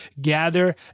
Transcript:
gather